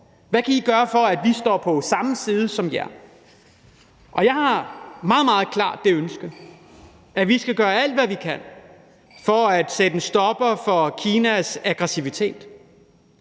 Hvad kan I gøre, for at vi står på samme side som jer? Jeg har meget, meget klart det ønske, at vi skal gøre alt, hvad vi kan, for at sætte en stopper for Kinas aggressivitet,